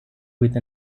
with